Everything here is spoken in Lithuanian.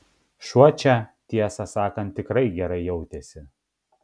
šuo čia tiesą sakant tikrai gerai jautėsi